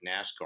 NASCAR